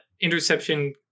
interception